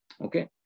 Okay